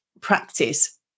practice